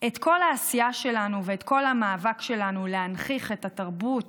את כל העשייה שלנו ואת כל המאבק שלנו להנכיח את התרבות